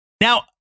Now